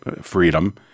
freedom